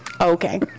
Okay